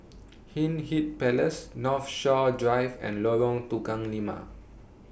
Hindhede Palace Northshore Drive and Lorong Tukang Lima